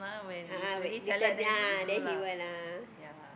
a'ah you tell ah then he will